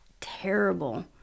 terrible